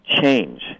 change